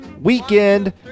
weekend